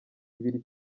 ibiri